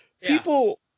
people